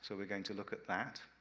so we're going to look at that,